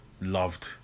loved